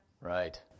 Right